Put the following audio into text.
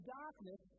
darkness